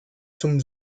zum